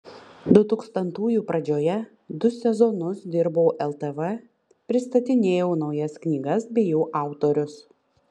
dutūkstantųjų pradžioje du sezonus dirbau ltv pristatinėjau naujas knygas bei jų autorius